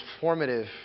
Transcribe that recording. formative